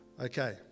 Okay